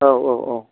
औ औ औ